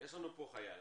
יש לנו כאן חייל